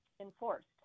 enforced